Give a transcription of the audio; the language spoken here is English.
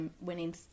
winning